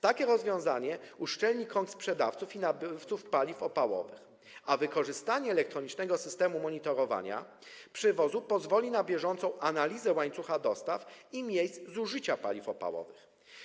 Takie rozwiązanie uszczelni krąg sprzedawców i nabywców paliw opałowych, a wykorzystanie elektronicznego systemu monitorowania przewozu pozwoli na bieżącą analizę łańcucha dostaw i miejsc zużycia paliw opałowych.